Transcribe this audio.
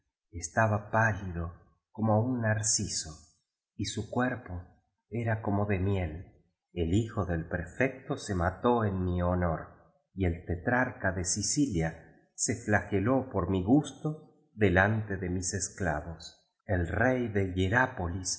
estaba pá lido como un narciso y su cuerpo era como de miel el hijo del prefecto se mató en mi honor y el tetrarca de sicilia se flageló por mí gusto delante de mis esclavos el rey de